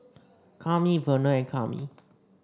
Kami Verner and Kami